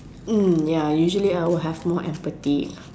mm ya usually I will have more empathy